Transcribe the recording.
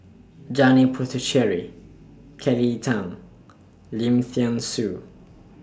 Janil Puthucheary Kelly Tang Lim Thean Soo